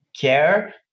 care